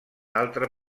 altre